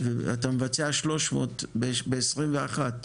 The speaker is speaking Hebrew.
ואתה מבצע 300 ב- 2021?